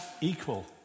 equal